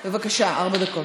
בבקשה, ארבע דקות.